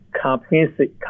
comprehensive